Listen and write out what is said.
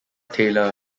taylor